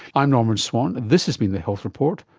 i'm norman swan, this has been the health report,